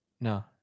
No